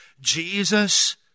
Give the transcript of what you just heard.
Jesus